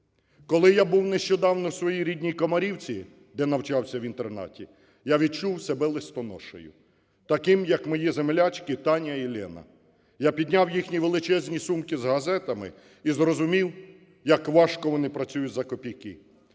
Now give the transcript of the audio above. Коли я був нещодавно в своїй рідній Комарівці, де навчався в інтернаті, я відчув себе листоношею таким, як мої землячки Таня і Лєна. Я підняв їхні величезні сумки з газетами і зрозумів, як важко вони працюють за копійки.